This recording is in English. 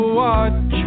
watch